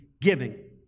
giving